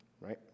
right